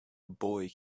boy